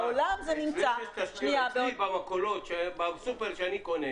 בעולם זה נמצא -- בסופרמרקט שאני קונה